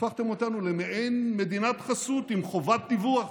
הפכתם אותנו למעין מדינת חסות עם חובת דיווח.